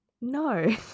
No